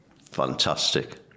Fantastic